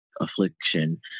affliction